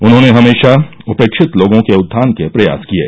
उन्होंने हमेशा उपेक्षित लोगों के उत्थान के प्रयास किये